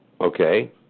okay